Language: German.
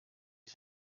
ich